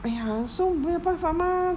!aiya! so 没有办法 lah